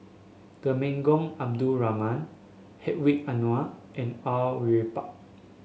Temenggong Abdul Rahman Hedwig Anuar and Au Yue Pak